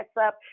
up